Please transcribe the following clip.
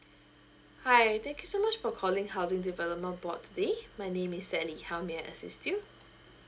hi thank you so much for calling housing development board today my name is ally any how may I assist you